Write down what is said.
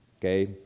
Okay